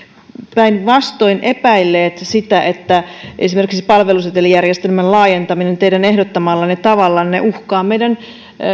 päinvastoin epäilleet sitä että esimerkiksi palvelusetelijärjestelmän laajentaminen teidän ehdottamallanne tavalla uhkaa meidän